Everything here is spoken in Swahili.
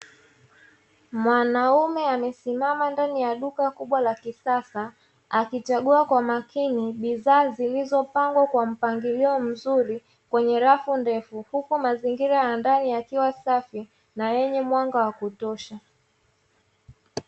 Mwanaume amesimama ndani ya duka kubwa la kisasa, akichagua kwa makini bidhaa zilizopangwa kwa mpangilio mzuri kwenye rafu ndefu. Huku mazingira ya ndani yakiwa safi na yenye mwanga wa kutosha.